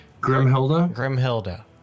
Grimhilda